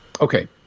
Okay